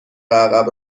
عقب